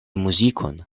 muzikon